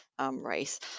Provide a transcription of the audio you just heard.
race